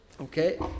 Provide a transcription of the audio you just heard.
Okay